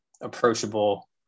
approachable